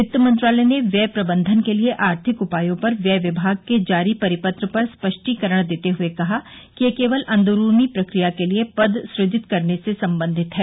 वित्त मंत्रालय ने व्यय प्रबंधन के लिए आर्थिक उपायों पर व्यय विभाग के जारी परिपत्र पर स्पष्टीकरण देते हुए कहा कि यह केवल अंदरूनी प्रक्रिया के लिए पद सुजित करने से संबंधित है